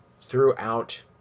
throughout